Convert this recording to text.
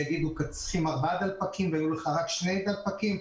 יגידו שהיה צריך ארבעה דלפקים בעוד שהיו לי רק שני דלפקים.